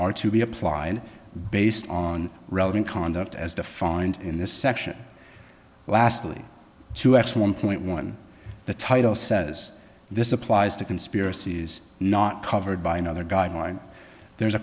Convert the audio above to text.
are to be applied based on relevant conduct as defined in this section lastly two x one point one the title says this applies to conspiracy is not covered by another guideline there is a